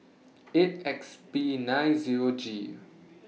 eight X P nine Zero G